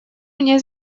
мне